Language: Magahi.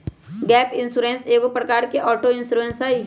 गैप इंश्योरेंस एगो प्रकार के ऑटो इंश्योरेंस हइ